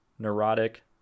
neurotic